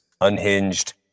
unhinged